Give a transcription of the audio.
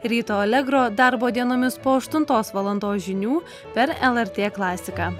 ryto alegro darbo dienomis po aštuntos valandos žinių per lrt klasiką